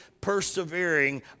persevering